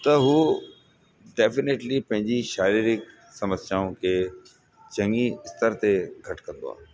त हू डेफिनेटिली पंहिंजी शारिरीक समस्याउनि खे चङी स्तर ते घटि कबो आहे